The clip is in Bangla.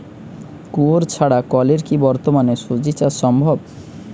কুয়োর ছাড়া কলের কি বর্তমানে শ্বজিচাষ সম্ভব?